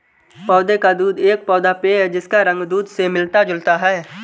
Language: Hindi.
पौधे का दूध एक पौधा पेय है जिसका रंग दूध से मिलता जुलता है